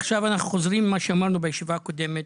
עכשיו אנחנו חוזרים למה שאמרנו בישיבה הקודמת.